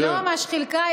היא לא ממש חילקה.